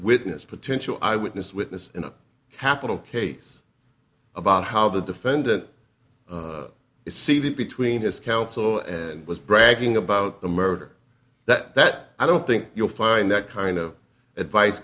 witness potential eyewitness witness in a capital case about how the defendant is seated between his counsel and was bragging about the murder that i don't think you'll find that kind of advice